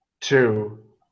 Two